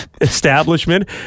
establishment